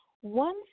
one